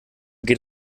geht